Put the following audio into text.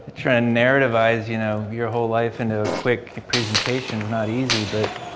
trying and narrativize you know your whole life into quick presentation is not easy but